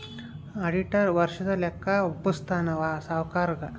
auditor ವರ್ಷದ ಲೆಕ್ಕ ವಪ್ಪುಸ್ತಾನ ಸಾವ್ಕರುಗಾ